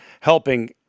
helping